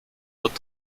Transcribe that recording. wird